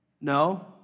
No